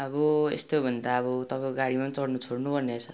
अब यस्तो हो भने त अब तपाईँको गाडीमा पनि चढ्न छोड्नुपर्ने रहेछ